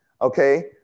okay